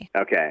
Okay